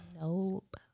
Nope